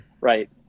right